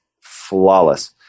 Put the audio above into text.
flawless